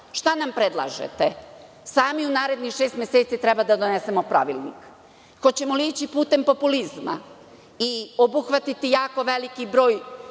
šta nam predlažete? Sami u narednih šest meseci treba da donesemo pravilnik. Hoćemo li ići putem populizma i obuhvatiti jako veliki broj